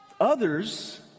Others